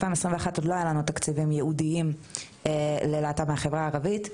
אז עוד לא היו לנו תקציבים ייעודיים ללהט״ב מהחברה הערבית.